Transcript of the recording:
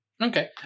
Okay